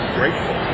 grateful